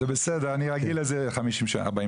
זה בסדר אני רגיל לזה 40 שנה.